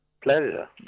Pleasure